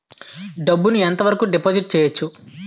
డబ్బు ను ఎంత వరకు డిపాజిట్ చేయవచ్చు?